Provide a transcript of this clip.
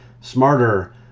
Smarter